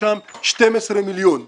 בנצרת - הוא 12 מיליון שקלים.